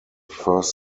first